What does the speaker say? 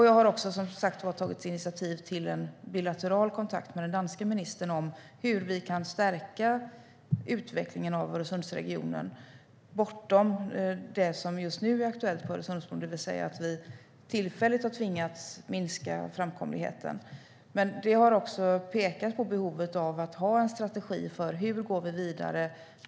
Jag har som sagt också tagit initiativ till en bilateral kontakt med den danska ministern om hur vi kan stärka utvecklingen av Öresundsregionen bortom det som just nu är aktuellt för Öresundsbron, det vill säga att vi tillfälligt har tvingats minska framkomligheten. Detta har också visat på behovet av att ha en strategi för hur vi går vidare.